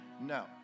No